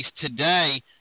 today